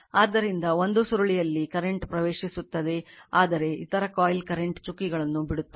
ಆದ್ದರಿಂದ ಒಂದು ಸುರುಳಿಯಲ್ಲಿ ಕರೆಂಟ್ ಪ್ರವೇಶಿಸುತ್ತದೆ ಆದರೆ ಇತರ ಕಾಯಿಲ್ ಕರೆಂಟ್ ಚುಕ್ಕೆಗಳನ್ನು ಬಿಡುತ್ತದೆ